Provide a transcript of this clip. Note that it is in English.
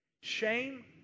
Shame